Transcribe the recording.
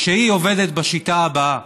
שעובדת בשיטה הבאה: